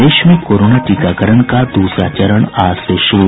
प्रदेश में कोरोना टीकाकरण का दूसरा चरण आज से शुरू